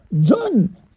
John